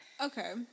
Okay